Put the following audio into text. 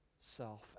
self